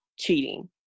cheating